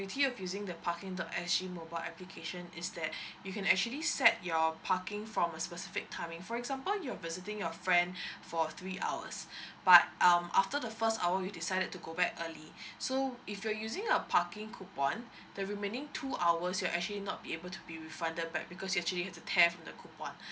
beauty of using the parking dot S_G mobile application is that you can actually set your parking from a specific timing for example you're visiting your friend for three hours but um after the first hour you decided to go back early so if you're using a parking coupon the remaining two hours you're actually not be able to be refunded back because you actually have to tear off the coupon